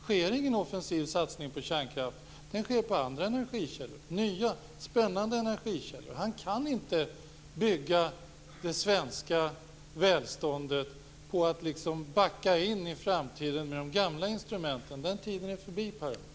Det sker ingen offensiv satsning på kärnkraft. Den sker på andra energikällor - nya spännande energikällor. Man kan inte bygga det svenska välståndet på att backa in i framtiden med de gamla instrumenten. Den tiden är förbi, Per Unckel.